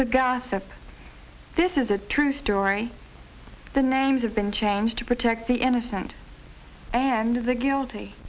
the gossip this is a true story the names have been changed to protect the innocent and the guilty